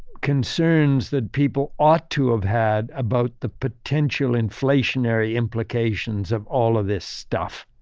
concerns that people ought to have had about the potential inflationary implications of all of this stuff.